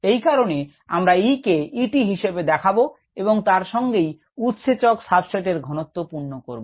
এই কারণে আমরা E কে Et হিসেবে দেখাবো এবং তার সঙ্গেই উৎসেচক সাবস্ট্রেট এর ঘনত্ব পূর্ণ করব